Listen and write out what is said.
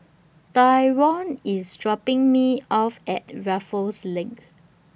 Tyron IS dropping Me off At Raffles LINK